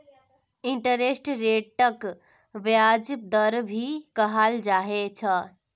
interest रेटक ब्याज दर भी कहाल जा छे